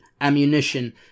ammunition